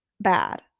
bad